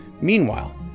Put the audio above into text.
Meanwhile